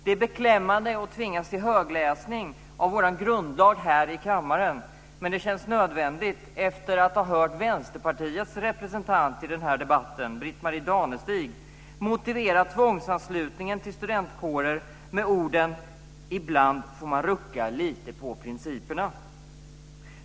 Det är beklämmande att tvingas till högläsning av vår grundlag här i kammaren, men det känns nödvändigt efter att ha hört Vänsterpartiets representant i denna debatt, Britt-Marie Danestig, motivera tvångsanslutningen till studentkårer med dessa ord: Ibland får man rucka lite på principerna.